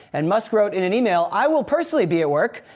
and musk wrote in an email, i will personally be at work,